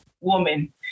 woman